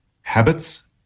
habits